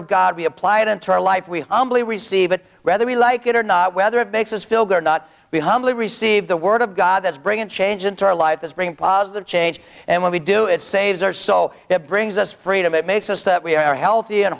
of god we apply it into our life we humbly receive it whether we like it or not whether it makes us feel good or not we humbly receive the word of god that's bringing change into our lives this bring positive change and when we do it saves or so it brings us freedom it makes us that we are healthy and